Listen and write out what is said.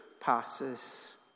passes